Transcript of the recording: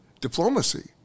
diplomacy